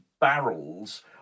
barrels